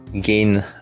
gain